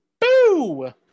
Boo